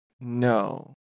No